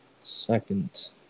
second